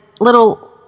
little